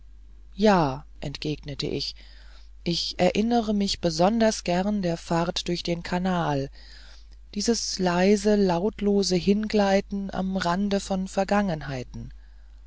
ja entgegnete ich ich erinnere mich besonders gern der fahrt durch den kanal dieses leisen lautlosen hingleitens am rande von vergangenheiten